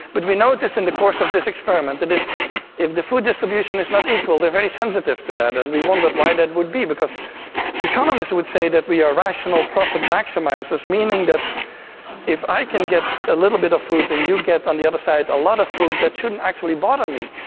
but we noticed in the course of this experiment that if if the food distribution is not equal, they are very sensitive to that, and we wondered why that would be, because economists would say that we are rational profit maximisers, meaning that if i can get a little bit of food and you get on the other side a lot of food, that shouldn't actually bother me.